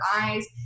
eyes